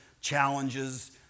challenges